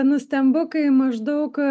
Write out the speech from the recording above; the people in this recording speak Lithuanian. nustembu kai maždaug